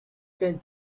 can